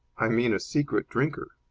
i mean a secret drinker.